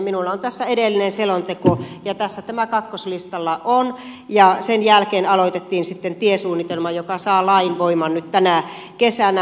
minulla on tässä edellinen selonteko ja tässä tämä kakkoslistalla on ja sen jälkeen aloitettiin sitten tiesuunnitelma joka saa lainvoiman nyt tänä kesänä